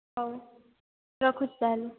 ହଉ ରଖୁଛି ତା'ହେଲେ